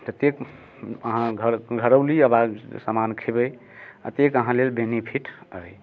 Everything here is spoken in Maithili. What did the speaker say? ततेक अहाँ घर घरौली आवाज सामान खेबै अतेक अहाँ लेल बेनीफिट अइ